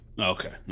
Okay